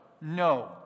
No